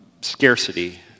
scarcity